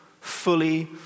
fully